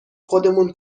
خودمون